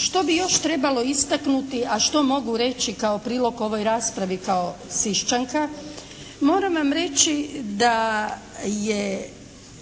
što bi još trebalo istaknuti, a što mogu reći kao prilog ovoj raspravi kao Sišćanka, moram vam reći da je